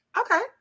Okay